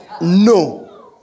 No